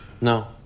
No